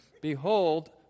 Behold